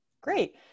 Great